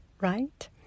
right